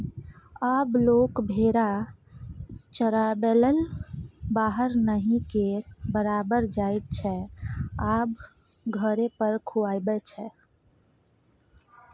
आब लोक भेरा चराबैलेल बाहर नहि केर बराबर जाइत छै आब घरे पर खुआबै छै